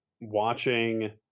watching